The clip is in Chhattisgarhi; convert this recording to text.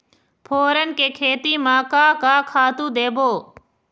फोरन के खेती म का का खातू देबो?